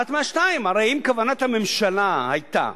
אחת מהשתיים: הרי אם כוונת הממשלה היתה